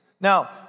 Now